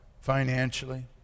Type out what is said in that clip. financially